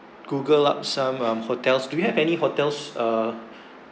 google up some um hotels do you have any hotels uh